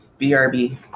BRB